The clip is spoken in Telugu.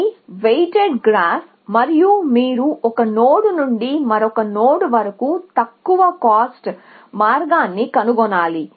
ఇది వెయిటెడ్ గ్రాఫ్ మరియు మీరు ఒక నోడ్ నుండి మరొక నోడ్ వరకు తక్కువ కాస్ట్ మార్గాన్ని కనుగొనాలి